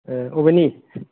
ए अबेनि